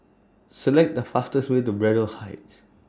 Select The fastest Way to Braddell Heights